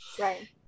Right